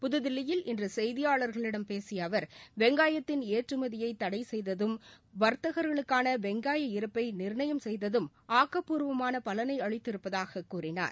புதுதில்லியில் இன்று செய்தியாளர்களிடம் பேசிய அவர் வெங்காயத்தின் ஏற்றுமதியை தடை செய்ததும் வர்த்தகர்களுகான வெங்காய இருப்பை நிர்ணயம் செய்ததும் ஆக்கப்பூர்வமான பலனை அளித்து இருப்பதாக கூறினார்